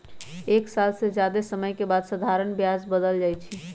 एक साल से जादे समय के बाद साधारण ब्याज बदल जाई छई